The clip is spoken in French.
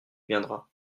viendra